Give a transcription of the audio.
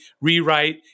rewrite